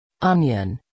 Onion